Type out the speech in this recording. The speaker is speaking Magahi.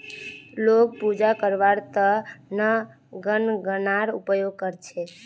लोग पूजा करवार त न गननार उपयोग कर छेक